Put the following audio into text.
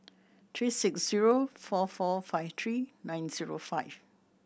three six zero four four five three nine zero five